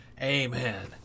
amen